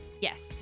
Yes